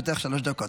טיבי.